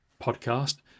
podcast